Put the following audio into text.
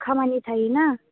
खामानि थायोना